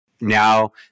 now